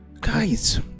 Guys